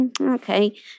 Okay